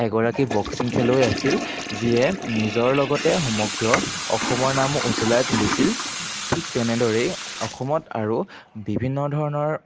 এগৰাকী বক্সিং খেলুৱৈ আছিল যিয়ে নিজৰ লগতে সমগ্ৰ অসমৰ নাম উজ্বলাই তুলিছিল ঠিক তেনেদৰেই অসমত আৰু বিভিন্ন ধৰণৰ